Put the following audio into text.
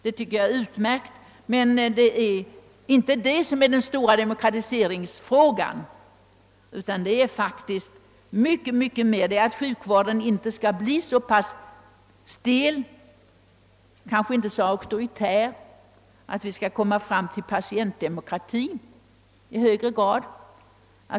Det är utmärkt, men det är inte att lösa den stora de mokratiseringsfrågan, den kräver mer: nämligen att sjukvården inte är så stel och kanske inte så auktoritär, det är att försöka nå fram till patientdemokrati i högre grad.